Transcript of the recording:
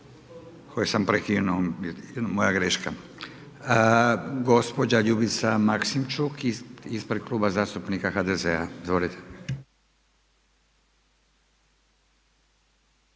koje sam prekinuo. Moja greška. Gospođa Ljubica Maksimčuk ispred Kluba zastupnika HDZ-a. Izvolite.